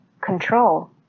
control